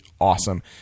awesome